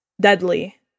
deadly